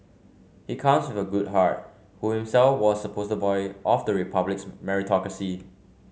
he comes with a good heart who himself was a poster boy of the Republic's meritocracy